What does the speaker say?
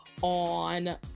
On